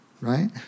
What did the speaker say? right